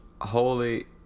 Holy